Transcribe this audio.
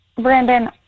Brandon